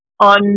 on